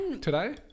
today